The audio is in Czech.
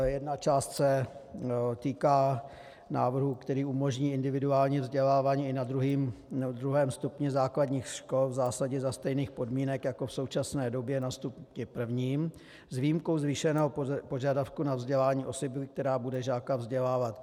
Jedna část se týká návrhu, který umožní individuální vzdělávání i na druhém stupni základních škol v zásadě za stejných podmínek jako v současné době na stupni prvním, s výjimkou zvýšeného požadavku na vzdělání osoby, která bude žáka vzdělávat.